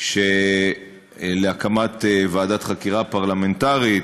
על הקמת ועדת חקירה פרלמנטרית.